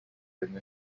ини